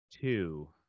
two